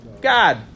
God